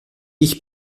ich